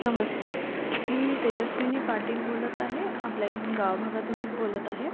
नमस्कार मी तेजस्विनी पाटील बोलत आहे आपल्या इथून गाव भागातूनच बोलत आहे